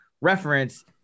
reference